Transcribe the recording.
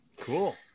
Cool